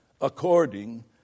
according